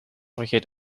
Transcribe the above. vergeet